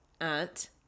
aunt